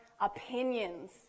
opinions